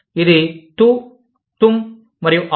ఇది TU TUM మరియు AAP